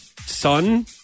son